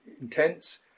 intense